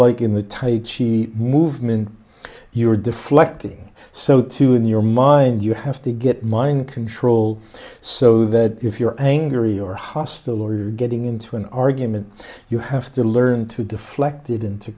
like in the tight she movement you are deflecting so too in your mind you have to get mind control so that if you're angry or hostile or you're getting into an argument you have to learn to deflect